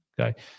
Okay